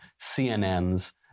CNN's